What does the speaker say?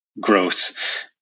growth